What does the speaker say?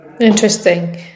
interesting